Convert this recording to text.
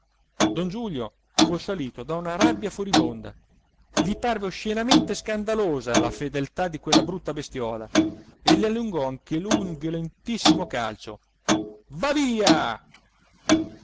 don giulio fu assalito da una rabbia furibonda gli parve oscenamente scandalosa la fedeltà di quella brutta bestiola e le allungò anche lui un violentissimo calcio